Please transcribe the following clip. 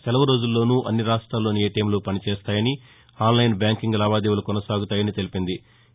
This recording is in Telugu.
సెలవు రోజుల్లోనూ అన్ని రాష్ట్రాల్లోని ఏటీఎంలు పనిచేస్తాయని ఆన్లైన్ బ్యాంకింగ్ లావాదేవీలు కొనసాగుతాయని ఆర్టికశాఖ తెలిపింది